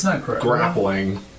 grappling